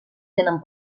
tenen